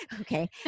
Okay